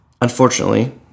unfortunately